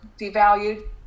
devalued